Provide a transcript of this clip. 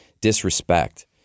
disrespect